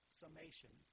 summation